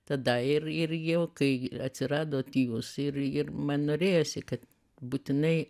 tada ir ir jau kai atsiradot jūs ir ir man norėjosi kad būtinai